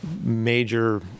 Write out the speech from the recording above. major